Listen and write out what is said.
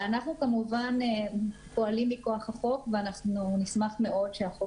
אנחנו כמובן פועלים מכח החוק ואנחנו נשמח מאוד שהחוק